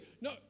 no